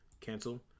cancel